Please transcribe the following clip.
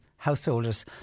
Householders